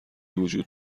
وجود